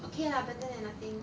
okay lah better than nothing